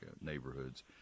neighborhoods